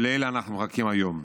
ולאלה אנחנו מחכים היום.